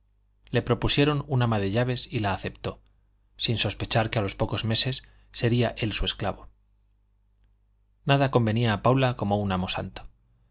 le propusieron un ama de llaves y la aceptó sin sospechar que a los pocos meses sería él su esclavo nada convenía a paula como un amo santo